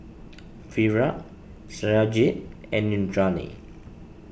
Virat Satyajit and Indranee